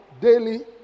daily